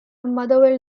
motherwell